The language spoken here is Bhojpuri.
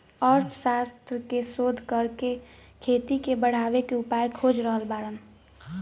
अर्थशास्त्र के शोध करके खेती के बढ़ावे के उपाय खोज रहल बाड़न